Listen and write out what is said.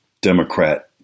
Democrat